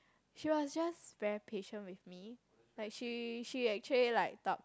she was just very patient with me like she she actually like talk